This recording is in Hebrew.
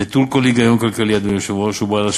נטול כל היגיון כלכלי, אדוני